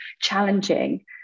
challenging